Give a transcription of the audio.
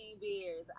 beers